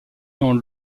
dans